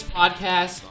podcast